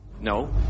No